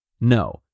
no